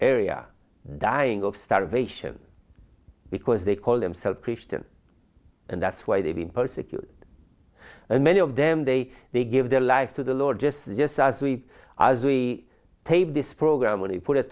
area dying of starvation because they call themselves christian and that's why they've been persecuted and many of them they they give their life to the lord just just as we as we tape this program when he put it